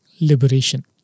liberation